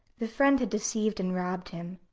the friend had deceived and robbed him.